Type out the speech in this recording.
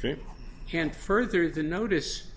came can further the notice